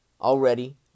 already